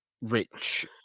rich